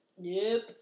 nope